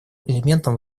элементом